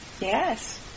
Yes